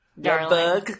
Darling